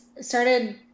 started